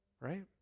right